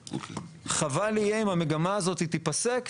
וחבל יהיה אם המגמה הזאת תיפסק,